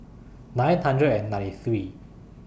nine hundred and ninety three